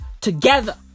together